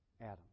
Adam